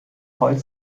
holz